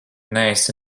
neesi